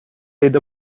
عید